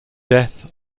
death